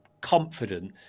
confident